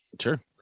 Sure